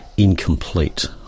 Incomplete